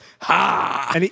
ha